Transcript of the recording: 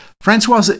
Francois